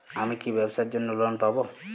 আমি কি ব্যবসার জন্য লোন পাব?